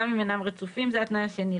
גם אם אינם רצופים; 3)